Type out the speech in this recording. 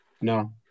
No